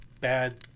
bad